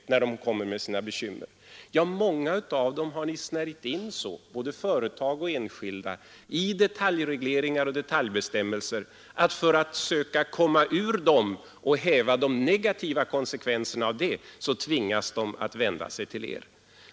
Många av dem — både företagare och enskilda — har ni snärjt in så i detaljregleringar och detaljbestämmelser att de, för att söka komma ur dem och även de negativa konsekvenserna av dem, tvingas vända sig till er.